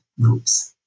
groups